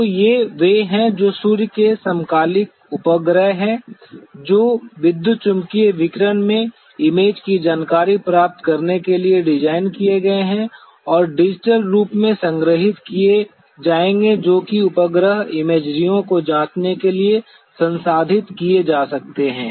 तो ये वे हैं जो सूर्य के समकालिक उपग्रह हैं जो विद्युत चुम्बकीय विकिरण में इमेज की जानकारी प्राप्त करने के लिए डिज़ाइन किए गए हैं और डिजिटल रूप में संग्रहीत किए जाएंगे जो कि उपग्रह इमैजियों को जांचने के लिए संसाधित किए जा सकते हैं